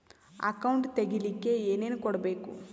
Account ತೆಗಿಲಿಕ್ಕೆ ಏನೇನು ಕೊಡಬೇಕು?